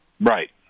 Right